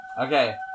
Okay